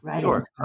Sure